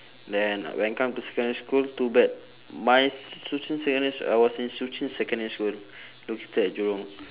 then when come to secondary school too bad my shuqun secondary s~ I was in shuqun secondary school located at jurong